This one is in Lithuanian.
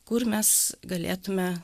kur mes galėtume